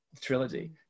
trilogy